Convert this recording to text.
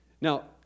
Now